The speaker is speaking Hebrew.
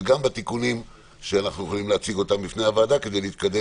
וגם בתיקונים שאנחנו יכולים להציג אותם בפני הוועדה כדי להתקדם